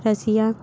Russia